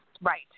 right